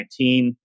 2019